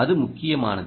அது முக்கியமானது